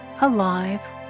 alive